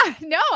no